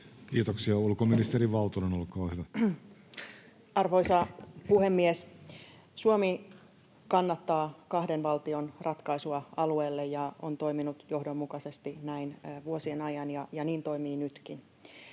Kiitoksia. — Ulkoministeri Valtonen, olkaa hyvä. Arvoisa puhemies! Suomi kannattaa kahden valtion ratkaisua alueelle ja on toiminut johdonmukaisesti näin vuosien ajan ja niin toimii nytkin.